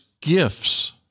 gifts